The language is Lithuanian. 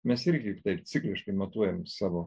mes irgi juk taip cikliškai matuojam savo